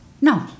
No